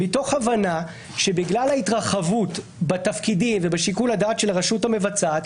מתוך הבנה שבגלל ההתרחבות בתפקידים ובשיקול הדעת של הרשות המבצעת,